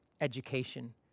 education